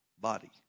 body